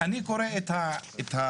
אני קורא את העמדה